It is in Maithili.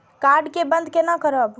कार्ड के बन्द केना करब?